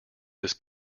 this